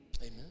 Amen